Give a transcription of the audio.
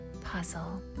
Puzzle